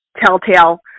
telltale